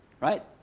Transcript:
right